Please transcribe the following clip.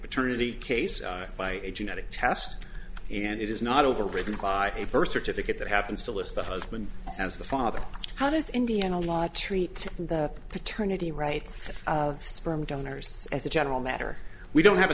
paternity case by a genetic test and it is not overridden by a birth certificate that happens to list the husband as the father how does indiana law treat the paternity rights of sperm donors as a general matter we don't have a